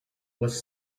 was